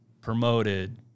Promoted